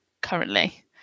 currently